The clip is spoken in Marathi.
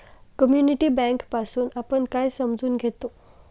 कम्युनिटी बँक पासुन आपण काय समजून घेतो?